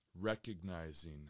Recognizing